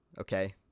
okay